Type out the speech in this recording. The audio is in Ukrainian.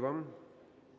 ГОЛОВУЮЧИЙ.